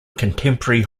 contemporary